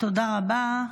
תודה רבה.